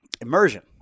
immersion